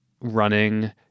running